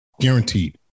guaranteed